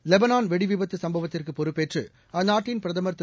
Lebanon வெடிவிபத்து சம்பவத்திற்கு பொறுப்பேற்று அந்நாட்டின் பிரதமர் திரு